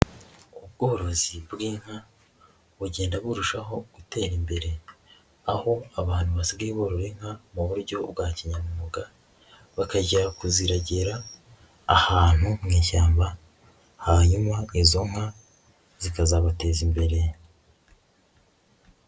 Ubworozi bw'inka bugenda burushaho gutera imbere, aho abantu basigaye boroye inka mu buryo bwa kinyamwuga, bakajya kuzigera ahantu mu ishyamba, hanyuma izo nka zikazabateza imbere.